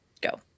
Go